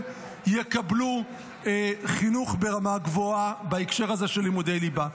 יקבלו חינוך ברמה גבוהה בהקשר של לימודי ליבה.